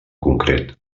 concret